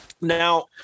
Now